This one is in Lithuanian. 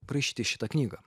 parašyti šitą knygą